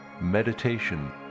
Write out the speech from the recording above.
meditation